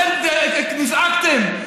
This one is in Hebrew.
אתם נזעקתם.